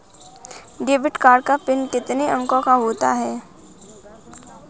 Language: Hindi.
डेबिट कार्ड का पिन कितने अंकों का होता है?